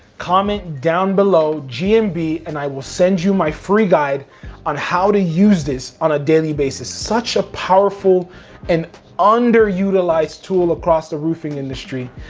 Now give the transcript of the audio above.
comment down below gmb and i will send you my free guide on how to use this on a daily basis. such a powerful and underutilized tool across the roofing industry.